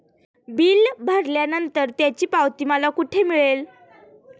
Bill भरल्यानंतर त्याची पावती मला कुठे मिळेल?